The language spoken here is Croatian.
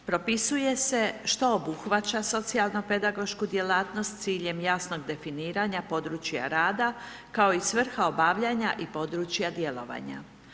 Propisuje se što obuhvaća socijalno pedagošku djelatnost s ciljem jasnog definiranja područja rada, kao i svrha obavljanja i područja djelovanja.